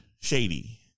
shady